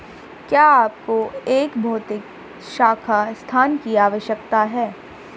क्या आपको एक भौतिक शाखा स्थान की आवश्यकता है?